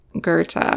Goethe